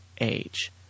age